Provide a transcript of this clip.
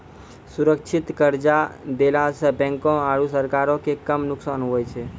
सुरक्षित कर्जा देला सं बैंको आरू सरकारो के कम नुकसान हुवै छै